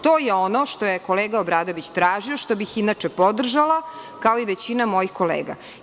To je ono što je kolega Obradović tražio, što bih inače podržala, kao i većina mojih kolega.